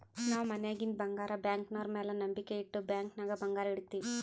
ನಾವ್ ಮನ್ಯಾಗಿಂದ್ ಬಂಗಾರ ಬ್ಯಾಂಕ್ನವ್ರ ಮ್ಯಾಲ ನಂಬಿಕ್ ಇಟ್ಟು ಬ್ಯಾಂಕ್ ನಾಗ್ ಬಂಗಾರ್ ಇಡ್ತಿವ್